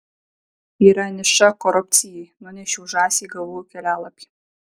yra niša korupcijai nunešiau žąsį gavau kelialapį